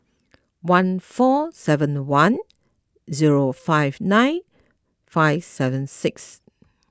one four seven one zero five nine five seven six